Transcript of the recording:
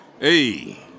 Hey